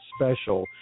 special